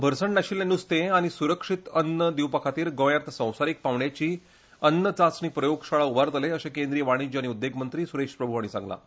भरसण नाशिल्लें नुस्तें आनी सुरक्षीत अन्न दिवपा खातीर गोंयांत संवसारीक पांवड्याची अन्न चांचणी प्रयोगशाळा उबारतले अशे केंद्रीय वाणिज्य आनी उद्देग मंत्री सुरेश प्रभू हांणी सांगलां